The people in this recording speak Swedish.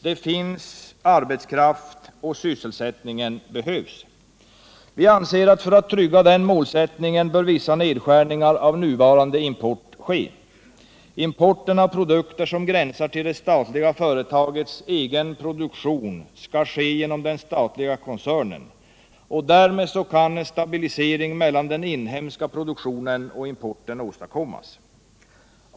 Det finns arbetskraft, och sysselsättningen behövs. Vi anser att vissa nedskärningar av nuvarande import bör göras för att trygga denna målsättning. Importen av produkter som gränsar till det statliga företagets egen produktion skall företas genom den statliga koncernen. Därmed kan en stabilisering av förhållandet mellan den inhemska produktionen och importen åstadkommas.